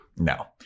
no